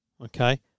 okay